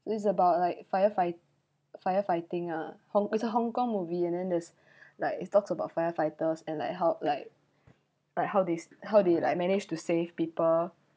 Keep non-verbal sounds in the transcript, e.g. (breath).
this is about like firefight firefighting ah hong it's a Hong-Kong movie and then there's (breath) like it talks about firefighters and like how like like how this how they like manage to save people